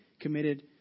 committed